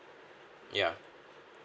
ya